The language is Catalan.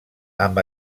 amb